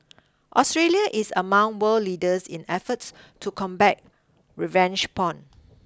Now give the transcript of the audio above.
Australia is among world leaders in efforts to combat revenge porn